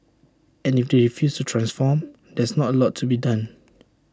and if they refuse to transform there's not A lot to be done